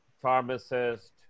pharmacist